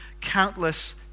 countless